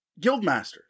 Guildmaster